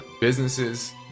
businesses